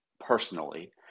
personally